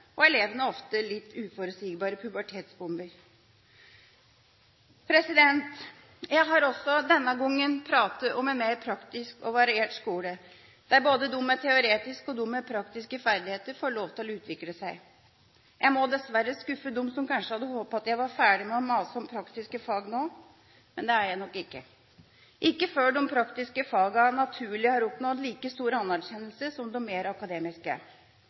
og elevene er ofte litt uforutsigbare «pubertetsbomber». Jeg har også denne gangen pratet om en mer praktisk og variert skole, der både de med teoretiske og de med praktiske ferdigheter får lov til å utvikle seg. Jeg må dessverre skuffe dem som kanskje hadde håpet at jeg skulle være ferdig med å mase om praktiske fag nå, men det er jeg nok ikke – ikke før de praktiske fagene naturlig har oppnådd like stor anerkjennelse som de mer akademiske.